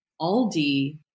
Aldi